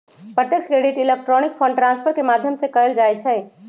प्रत्यक्ष credit electronic fund transfer के माध्यम से कएल जाइ छइ